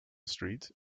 street